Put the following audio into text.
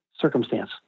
circumstance